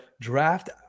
draft